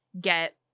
get